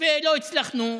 ולא הצלחנו,